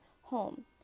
home